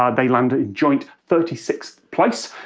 um they landed in joint thirty sixth place.